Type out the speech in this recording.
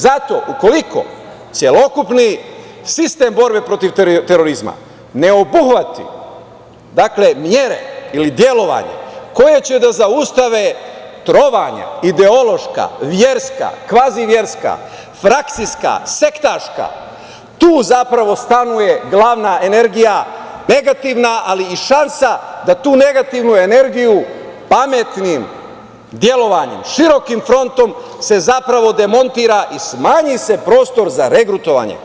Zato, ukoliko celokupni sistem borbe protiv terorizma ne obuhvati mere ili delovanje koje će da zaustave trovanja, ideološka, verska, kvaziverska, frakcijska, sektaška, tu zapravo stanuje glavna energija, negativna, ali i šansa da tu negativnu energiju pametnim delovanjem, širokim frontom se zapravo demontira i smanji se prostor za regrutovanje.